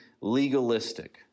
legalistic